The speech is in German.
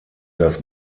das